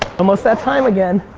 almost that time again.